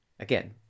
Again